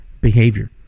behavior